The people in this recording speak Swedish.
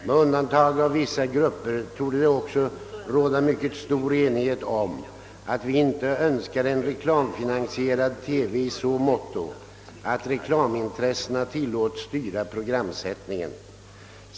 Med undantag av vissa grupper ——— torde det också råda mycket stor enighet om att vi inte önskar en reklamfinansierad TV i så måtto, att reklamintressena tilllåts styra programsättningen.